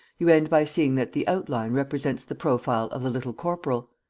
you end by seeing that the outline represents the profile of the little corporal.